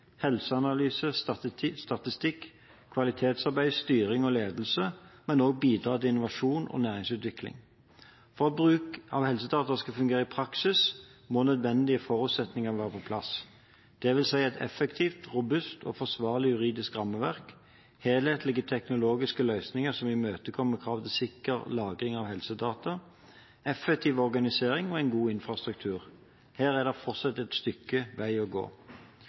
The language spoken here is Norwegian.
statistikk, kvalitetsarbeid, styring og ledelse, men også bidra til innovasjon og næringsutvikling. For at bruk av helsedata skal fungere i praksis, må nødvendige forutsetninger være på plass, dvs. et effektivt, robust og forsvarlig juridisk rammeverk, helhetlige teknologiske løsninger som imøtekommer krav til sikker lagring av helsedata, effektiv organisering og en god infrastruktur. Her er det fortsatt et stykke vei å gå.